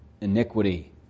iniquity